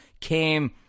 came